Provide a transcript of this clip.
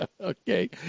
Okay